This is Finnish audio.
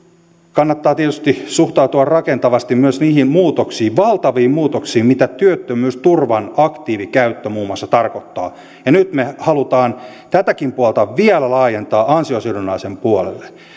kannattaa tietysti suhtautua rakentavasti myös niihin muutoksiin valtaviin muutoksiin mitä työttömyysturvan aktiivikäyttö muun muassa tarkoittaa ja nyt me haluamme tätäkin puolta vielä laajentaa ansiosidonnaisen puolelle